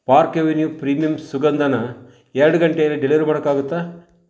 park Avenue premium ಸುಗಂಧನಾ ಎರ್ಡು ಗಂಟೇಲಿ ಡೆಲಿವರಿ ಮಾಡೋಕ್ಕೆ ಆಗುತ್ತಾ